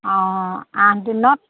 অঁ আঠ দিনত